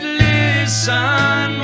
listen